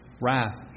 wrath